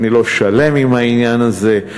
אני לא שלם עם העניין הזה,